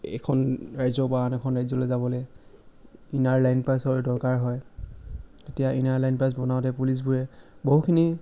এখন ৰাজ্য বা আন এখন ৰাজ্যলৈ যাবলৈ ইনাৰ লাইন পাছৰ দৰকাৰ হয় তেতিয়া ইনাৰ লাইন পাছ বনাওঁতে পুলিচবোৰে বহুখিনি